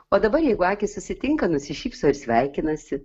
o dabar jeigu akys susitinka nusišypso ir sveikinasi